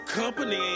company